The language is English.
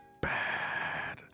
bad